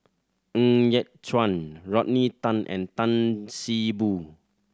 Ng Yat Chuan Rodney Tan and Tan See Boo